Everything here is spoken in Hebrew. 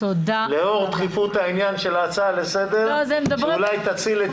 לאור דחיפות העניין של ההצעה לסדר שאולי תציל את